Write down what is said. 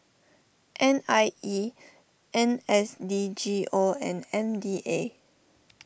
N I E N S D G O and M D A